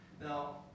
Now